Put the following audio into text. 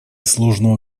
сложного